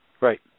right